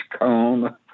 cone